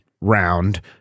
round